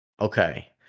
Okay